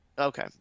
Okay